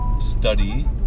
study